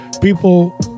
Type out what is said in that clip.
people